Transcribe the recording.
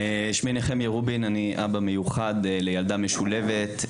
אני אבא מיוחד לילדה משולבת,